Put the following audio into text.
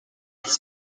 his